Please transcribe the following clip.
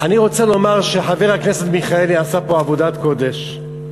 אני רוצה לומר שחבר הכנסת מיכאלי עשה פה עבודת קודש,